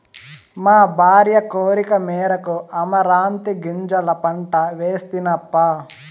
మా భార్య కోరికమేరకు అమరాంతీ గింజల పంట వేస్తినప్పా